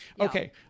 Okay